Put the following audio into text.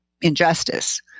injustice